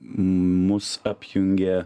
mus apjungia